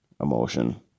emotion